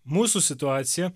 mūsų situaciją